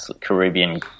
Caribbean